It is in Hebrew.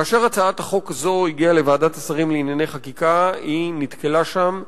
כאשר הצעת החוק הזו הגיעה לוועדת השרים לענייני חקיקה היא נתקלה שם,